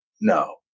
no